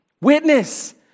Witness